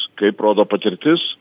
kaip rodo patirtis